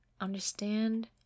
Understand